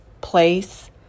place